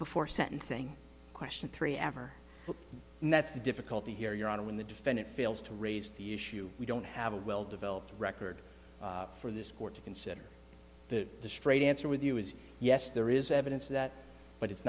before sentencing question three ever and that's the difficulty here your honor when the defendant fails to raise the issue we don't have a well developed record for this court to consider that the straight answer with you is yes there is evidence of that but it's